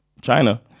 China